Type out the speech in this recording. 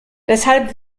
deshalb